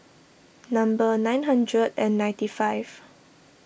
number nine hundred and ninety five